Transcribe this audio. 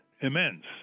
immense